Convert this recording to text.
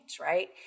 right